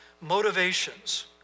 Motivations